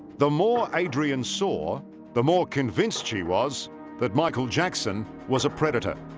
the more adrian saw the more convinced. she was that michael jackson was a predator